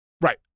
Right